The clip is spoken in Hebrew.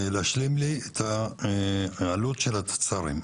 להשלים לי את העלות של התצ"רים.